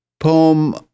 Poem